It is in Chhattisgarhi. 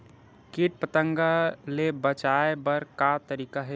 कीट पंतगा ले बचाय बर का तरीका हे?